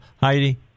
Heidi